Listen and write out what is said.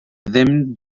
ddim